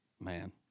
man